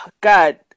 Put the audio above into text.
god